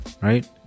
Right